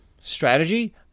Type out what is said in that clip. Strategy